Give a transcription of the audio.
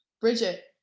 Bridget